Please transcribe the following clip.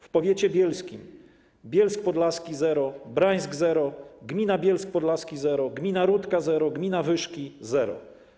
W powiecie bielskim: Bielsk Podlaski - zero, Brańsk - zero, gmina Bielsk Podlaski - zero, gmina Rudka - zero, gmina Wyszki - zero.